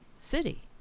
city